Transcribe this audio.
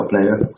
player